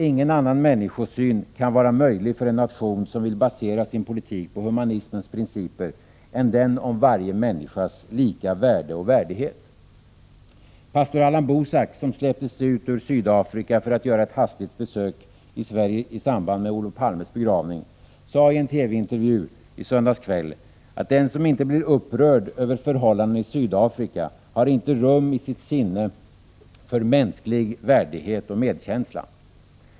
Ingen annan människosyn kan vara möjlig för en nation som vill basera sin politik på humanismens principer än den om varje människas lika värde och värdighet. Pastor Allan Boesak, som släpptes ut ur Sydafrika för att göra ett hastigt besök i Sverige i samband med Olof Palmes begravning, sade i en TV-intervju i söndags kväll att den som inte blir upprörd över förhållandena i Sydafrika inte har rum i sitt sinne för mänsklig värdighet och medkänsla.